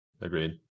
Agreed